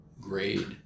grade